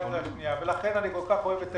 דיר חנא הייתה מקבלת 12%,